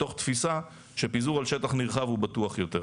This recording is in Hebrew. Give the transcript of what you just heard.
מתוך תפיסה שפיזור על שטח נרחב הוא בטוח יותר.